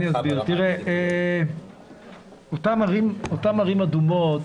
אותן ערים אדומות,